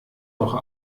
woche